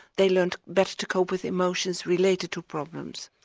they learned best to cope with emotions related to problems.